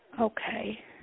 Okay